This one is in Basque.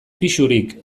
pisurik